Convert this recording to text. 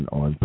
on